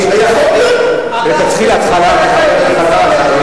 אבל כדי שאתה תרגיש, שתתחיל התחלה כחבר כנסת חדש,